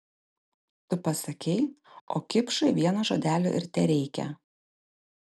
tu pasakei o kipšui vieno žodelio ir tereikia